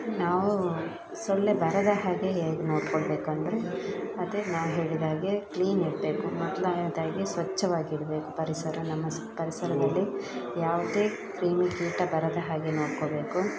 ನಾವು ಸೊಳ್ಳೆ ಬರದ ಹಾಗೆ ಹೇಗೆ ನೋಡ್ಕೊಳ್ಬೇಕು ಅಂದರೆ ಅದೇ ನಾವು ಹೇಳಿದಾಗೆ ಕ್ಲೀನ್ ಇರಬೇಕು ಮೊದಲನೇದಾಗಿ ಸ್ವಚ್ಛವಾಗಿಡ್ಬೇಕು ಪರಿಸರ ನಮ್ಮ ಸು ಪರಿಸರದಲ್ಲಿ ಯಾವುದೇ ಕ್ರಿಮಿಕೀಟ ಬರದ ಹಾಗೆ ನೋಡ್ಕೋಬೇಕು